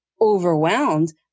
overwhelmed